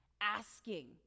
asking